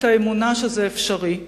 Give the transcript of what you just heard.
את האמונה שזה אפשרי.